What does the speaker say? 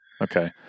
okay